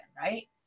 Right